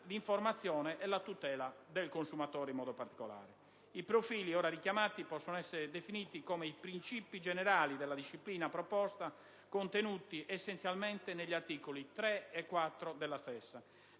l'informazione e la tutela del consumatore in particolare. I profili ora richiamati possono essere definiti come i principi generali della disciplina proposta, contenuti essenzialmente negli articoli 3 e 4 della stessa.